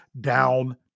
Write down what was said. down